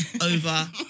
over